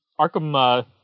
Arkham